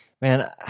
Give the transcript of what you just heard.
man